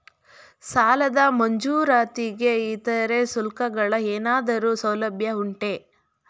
ಸಾಲದ ಮಂಜೂರಾತಿಗೆ ಇತರೆ ಶುಲ್ಕಗಳ ಏನಾದರೂ ಸೌಲಭ್ಯ ಉಂಟೆ?